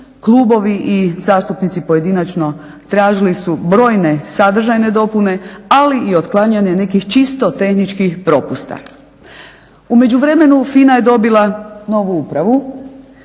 klubovi i zastupnici pojedinačno tražili su brojne sadržajne dopune, ali i otklanjanje nekih čisto tehničkih propusta. U međuvremenu, FINA je dobila novu upravu,